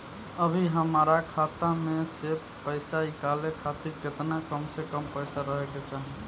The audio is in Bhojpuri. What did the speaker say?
अभीहमरा खाता मे से पैसा इ कॉल खातिर केतना कम से कम पैसा रहे के चाही?